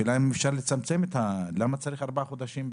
השאלה למה צריך ארבעה חודשים.